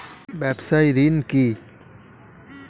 ব্যবসায় ঋণ কি?